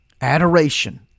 Adoration